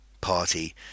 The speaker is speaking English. party